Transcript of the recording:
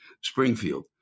Springfield